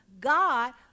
God